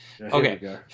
Okay